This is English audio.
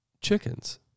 chickens